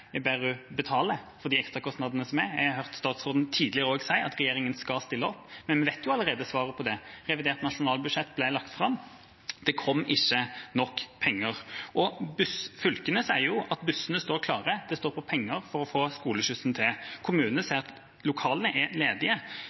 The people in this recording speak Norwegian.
jeg ber henne betale for de ekstrakostnadene som er. Jeg har også tidligere hørt statsråden si at regjeringa skal stille opp, men vi vet jo allerede svaret på det. Revidert nasjonalbudsjett ble lagt fram, og det kom ikke nok penger. Fylkene sier at bussene står klare, det står på penger for å få skoleskyssen til kommunene. Kommunene sier at lokalene er ledige,